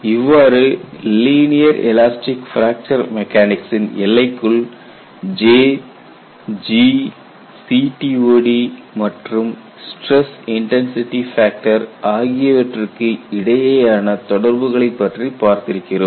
இவ்வாறு linear elastic fracture மெக்கானிக்சின் எல்லைக்குள் J G CTOD மற்றும் ஸ்டிரஸ் இன்டன்சிடி ஃபேக்டர் ஆகியவற்றுக்கு இடையேயான தொடர்புகளைப் பற்றி பார்த்திருக்கிறோம்